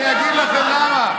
אני אגיד לכם למה.